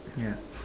yeah